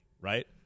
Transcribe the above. right